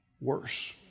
worse